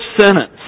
sentence